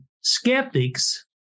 skeptics